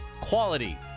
quality